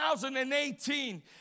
2018